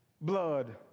Blood